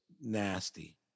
nasty